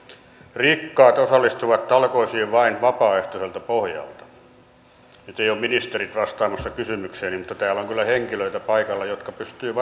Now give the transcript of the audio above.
rikkaat osallistuvat talkoisiin vain vapaaehtoiselta pohjalta nyt eivät ole ministerit vastaamassa kysymykseeni mutta täällä on kyllä henkilöitä paikalla jotka pystyvät